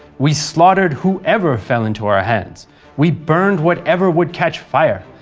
we slaughtered whoever fell into our hands we burned whatever would catch fire.